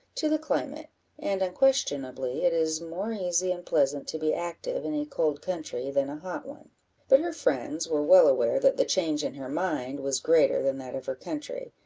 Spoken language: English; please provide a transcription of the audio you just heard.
to the climate and unquestionably it is more easy and pleasant to be active in a cold country, than a hot one but her friends were well aware that the change in her mind was greater than that of her country,